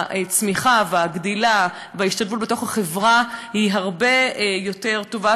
הצמיחה והגדילה וההשתלבות בתוך החברה הן הרבה יותר טובות,